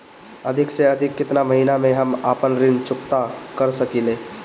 अधिक से अधिक केतना महीना में हम आपन ऋण चुकता कर सकी ले?